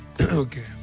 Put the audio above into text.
Okay